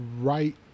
Right